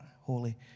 holy